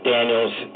Daniels